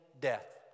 death